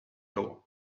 all